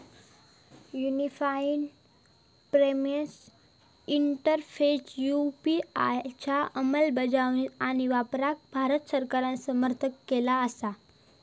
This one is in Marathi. युनिफाइड पेमेंट्स इंटरफेस यू.पी.आय च्या अंमलबजावणी आणि वापराक भारत सरकारान समर्थन केला असा